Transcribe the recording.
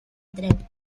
tren